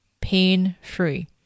pain-free